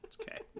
Okay